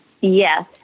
Yes